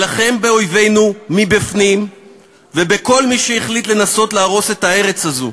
אלחם באויבינו מבפנים ובכל מי שהחליט לנסות להרוס את הארץ הזו